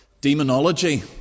demonology—